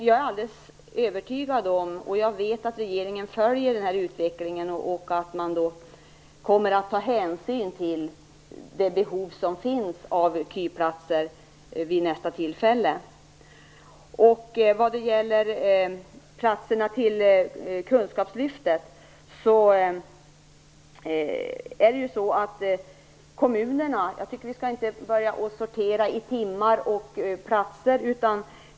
Jag är alldeles övertygad om och vet att regeringen följer den här utvecklingen och att man kommer att ta hänsyn till det behov som finns av KY Vad gäller platserna till kunskapslyftet tycker jag inte att vi skall börja sortera i timmar och platser.